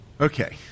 Okay